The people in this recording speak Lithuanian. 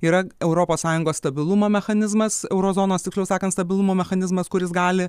yra europos sąjungos stabilumo mechanizmas euro zonos tiksliau sakant stabilumo mechanizmas kuris gali